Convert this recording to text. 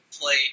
play